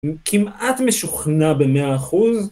כמעט משוכנע במאה אחוז.